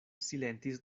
silentis